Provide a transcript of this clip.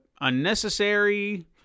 unnecessary